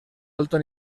alto